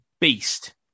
beast